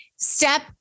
Step